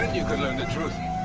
you could learn the truth.